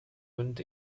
went